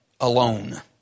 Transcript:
alone